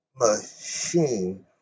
machine